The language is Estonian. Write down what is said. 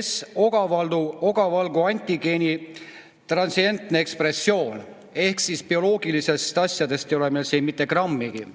S ogavalgu antigeeni transientne ekspressioon. Ehk bioloogilistest asjadest ei ole meil siin mitte grammigi.